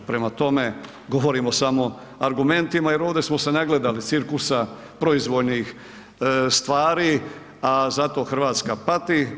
Prema tome, govorimo samo argumentima jer ovdje smo se nagledali cirkusa proizvoljnih stvari, a zato Hrvatska pati.